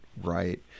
right